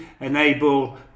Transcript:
enable